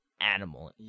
animal